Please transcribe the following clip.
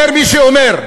אומר מי שאומר: